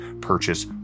purchase